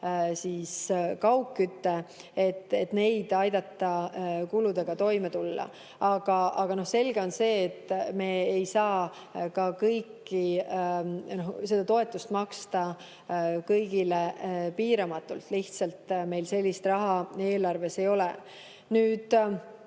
ka kaugküte, et neid aidata kuludega toime tulla. Aga no selge on see, et me ei saa seda toetust maksta kõigile piiramatult, lihtsalt meil sellist raha eelarves ei ole. Mida